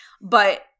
But-